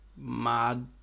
mad